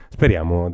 Speriamo